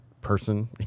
person